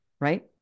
Right